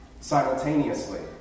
simultaneously